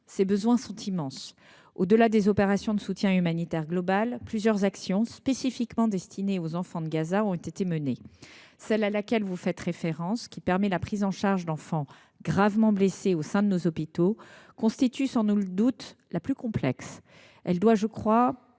Ces besoins sont immenses. Au delà des opérations de soutien humanitaire global, plusieurs actions spécifiquement destinées aux enfants de Gaza ont été menées. Celle à laquelle vous faites référence, qui permet la prise en charge d’enfants gravement blessés au sein de nos hôpitaux, constitue sans nul doute la plus complexe. Elle doit, je crois,